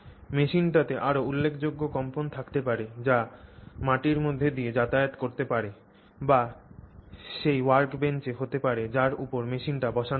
মেশিনটিতে আরও উল্লেখযোগ্য কম্পন থাকতে পারে যা মাটির মধ্য দিয়ে যাতায়াত করতে পারে বা সেই ওয়ার্কবেঞ্চে হতে পারে যার উপর মেশিনটি বসান আছে